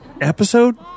episode